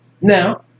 now